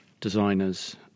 designers